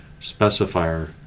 specifier